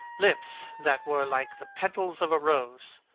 lips that were like the petals of a rose.